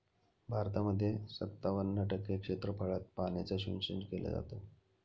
भारतामध्ये सत्तावन्न टक्के क्षेत्रफळात पाण्याचं सिंचन केले जात